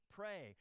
pray